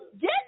get